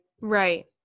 Right